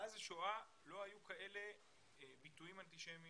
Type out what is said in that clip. מאז השואה לא היו ביטויים אנטישמיים,